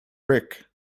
rick